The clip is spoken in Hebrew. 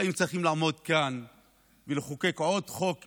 לא היינו צריכים לעמוד כאן ולחוקק עוד חוק אישי,